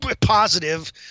positive